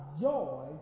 joy